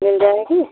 मिल जाएगी